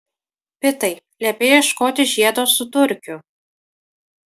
pitai liepei ieškoti žiedo su turkiu